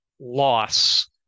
loss